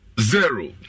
zero